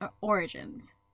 origins